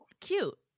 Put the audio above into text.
cute